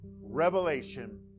Revelation